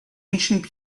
ancient